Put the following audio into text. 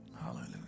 Hallelujah